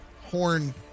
horn